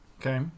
Okay